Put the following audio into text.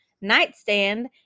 nightstand